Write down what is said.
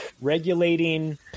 regulating